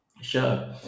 Sure